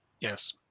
Yes